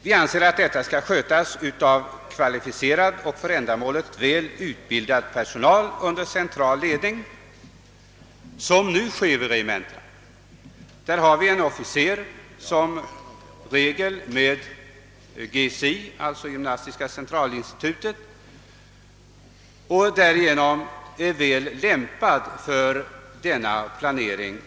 Vi menar att denna träning skall skötas av kvalificerad, för ändamålet väl utbildad personal, såsom nu i regel är fallet vid regementena. Vid dessa finns i allmänhet officer som genomgått gymnastiska centralinstitutet placerad som gymnastikoch idrottsofficer.